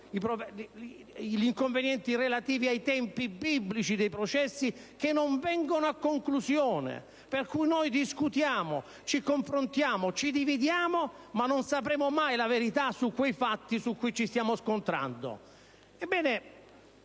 a quelli relativi ai tempi biblici dei processi, che non vengono a conclusione, per cui noi discutiamo, ci confrontiamo, ci dividiamo ma non sapremo mai la verità sui fatti su cui ci siamo scontrando.